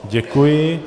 Děkuji.